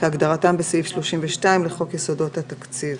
כהגדרתם בסעיף 32 לחוק יסודות התקציב,